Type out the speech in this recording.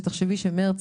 תחשבי שמרץ,